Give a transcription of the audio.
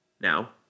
Now